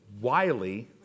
Wiley